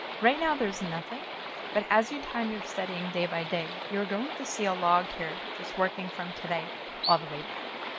right now there's nothing but as you time you're studying day by day, you're going to see a log here just working from today all the way back.